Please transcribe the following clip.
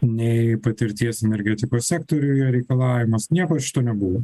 nei patirties energetikos sektoriuj reikalavimas nieko iš to nebuvo